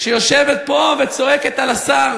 שיושבת פה וצועקת על השר,